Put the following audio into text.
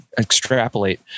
extrapolate